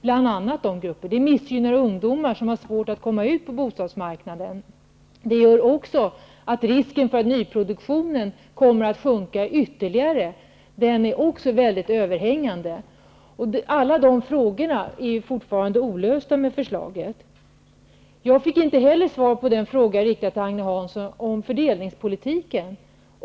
Bl.a. missgynnar detta de ungdomar som har svårt att komma ut på bostadsmarknaden. Risken för att nyproduktionen kommer att minska i omfattning är också mycket överhängande. Alla dessa problem är fortfarande olösta i förslaget. Jag fick inte heller svar på min fråga riktad till Agne Hansson om fördelningspolitiken.